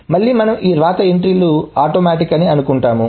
మళ్లీ మనం ఈ వ్రాత ఎంట్రీలు ఆటోమేటిక్ అని అనుకుంటాము